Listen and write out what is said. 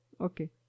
Okay